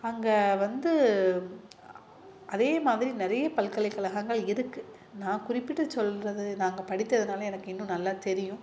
அங்கே வந்து அதே மாதிரி நிறைய பல்கலைக்கழகங்கள் இருக்குது நான் குறிப்பிட்டு சொல்வது நான் அங்கே படித்ததினால எனக்கு இன்னும் நல்லா தெரியும்